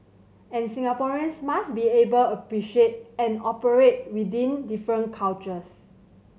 and Singaporeans must be able appreciate and operate within different cultures